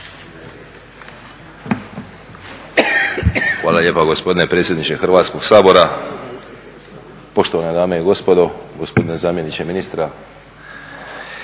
Hvala lijepa gospodine predsjedniče Hrvatskoga sabora. Poštovane dame i gospodo, gospodine zamjeniče ministra.